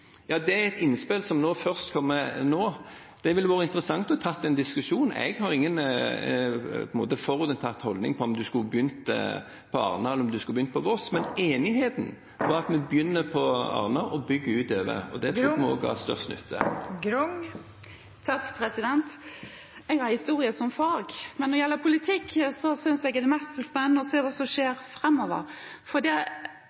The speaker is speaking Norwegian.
ja, det er et innspill som først kommer nå. Det ville vært interessant å ta en diskusjon om det. Jeg har ingen forutinntatt holdning til om en skulle begynt på Arna eller Voss. Men enigheten var at vi skulle begynne på Arna og bygge utover. Det tror vi også vil gi størst nytte. Ruth Grung – til oppfølgingsspørsmål. Jeg har historie som fag, men når det gjelder politikk, synes jeg det er mest spennende å se hva som skjer framover. E16 er